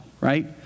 right